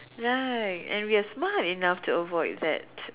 right and we're smart enough to avoid that